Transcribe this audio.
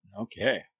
Okay